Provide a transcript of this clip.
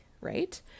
right